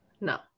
No